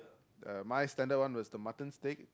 uh my standard one was the mutton steak